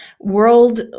world